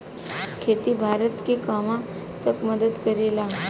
खेती भारत के कहवा तक मदत करे ला?